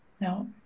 No